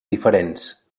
diferents